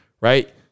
right